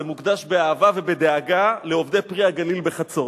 זה מוקדש באהבה ובדאגה לעובדי "פרי הגליל" בחצור.